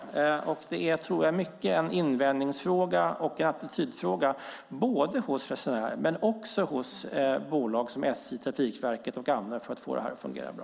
Det är, tror jag, mycket en invänjningsfråga och en attitydfråga både hos resenärerna och hos bolag som SJ, Trafikverket och andra för att få detta att fungera bra.